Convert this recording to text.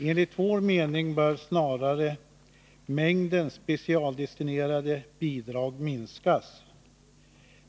Enligt vår mening bör snarare mängden av specialdestinerade bidrag minskas.